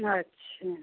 अच्छा